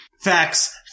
Facts